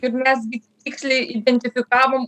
ir mes gi tiksliai identifikavom